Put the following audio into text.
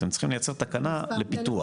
אתם צריכים לייצר תקנה לפיתוח,